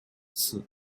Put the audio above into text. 用此